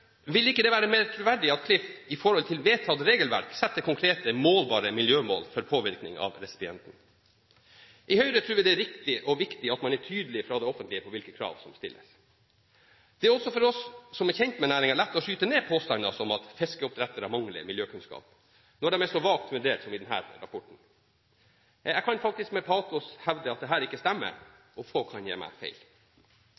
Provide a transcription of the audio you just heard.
det ikke være mer troverdig at Klif i forhold til vedtatt regelverk setter konkrete, målbare miljømål for påvirkning av resipienten? I Høyre tror vi det er riktig og viktig at man fra det offentlige er tydelig på hvilke krav som stilles. Det er også for oss som er kjent med næringen, lett å skyte ned påstander som «fiskeoppdrettere mangler miljøkunnskap», når de er så vagt fundert som i denne rapporten. Jeg kan faktisk med patos hevde at dette ikke stemmer,